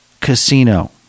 Casino